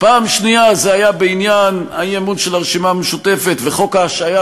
פעם שנייה זה היה בעניין האי-אמון של הרשימה המשותפת וחוק ההשעיה,